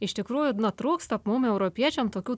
iš tikrųjų na trūksta mum europiečiam tokių